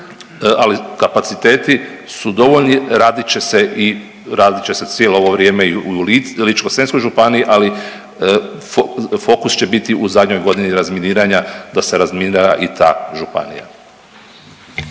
ali kapaciteti su dovoljni radit će i radit će se cijelo ovo vrijeme i u Ličko-senjskoj županiji, ali fokus će biti u zadnjoj godini razminiranja da se razminira i ta županija.